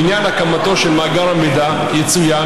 מה גדולה הבושה שדווקא מפלגתו של אותו ראש ממשלה מבזה אותו,